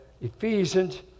Ephesians